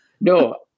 No